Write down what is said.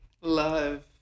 love